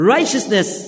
Righteousness